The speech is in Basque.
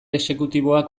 exekutiboak